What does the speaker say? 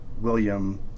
William